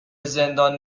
زندان